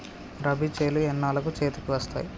రబీ చేలు ఎన్నాళ్ళకు చేతికి వస్తాయి?